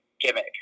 gimmick